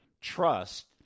trust